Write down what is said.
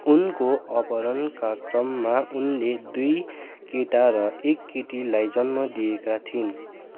उनको अपहरणका क्रममा उनले दुई केटा र एक केटीलाई जन्म दिएकी थिइन्